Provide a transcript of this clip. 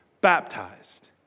baptized